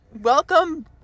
Welcome